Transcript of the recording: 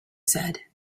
said